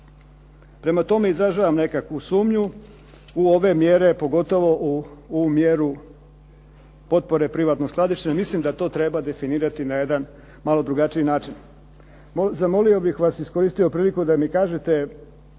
Prema tome izražavam nekakvu sumnju u ove mjere, pogotovo u mjeru potpore privatnog skladištenja. Mislim da to treba definirati na jedan malo drugačiji način. Zamolio bih vas i iskoristio priliku da mi kažete,